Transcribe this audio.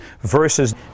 versus